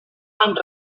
amb